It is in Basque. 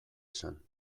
esan